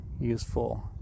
useful